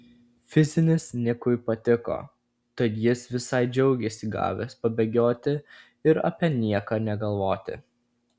fizinis nikui patiko tad jis visai džiaugėsi gavęs pabėgioti ir apie nieką negalvoti